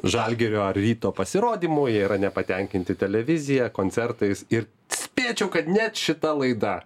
žalgirio ar ryto pasirodymu jie yra nepatenkinti televizija koncertais ir spėčiau kad ne šita laida